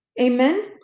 Amen